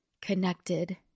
connected